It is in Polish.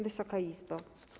Wysoka Izbo!